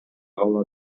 кала